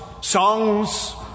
songs